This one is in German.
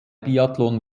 biathlon